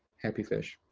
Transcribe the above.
happy fish.